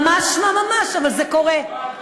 ממש שממש, אבל זה קורה.